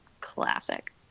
classic